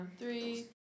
Three